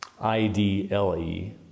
I-D-L-E